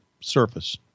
surface